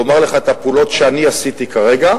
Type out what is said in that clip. ואומר לך את הפעולות שאני עשיתי כרגע,